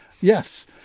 Yes